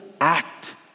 act